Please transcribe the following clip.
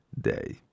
Day